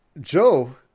Joe